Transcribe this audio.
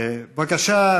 בבקשה,